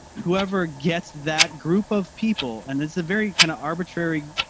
whoever gets that group of people and it's a very kind of arbitrary,